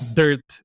dirt